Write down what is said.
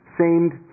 seemed